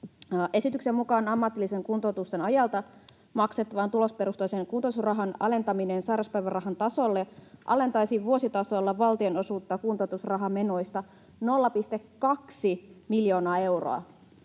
Esityksen mukaan ammatillisen kuntoutuksen ajalta maksettavan tuloperustaisen kuntoutusrahan alentaminen sairauspäivärahan tasolle alentaisi vuositasolla valtion osuutta kuntoutusrahamenoista 0,2 miljoonaa euroa.